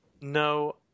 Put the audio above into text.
No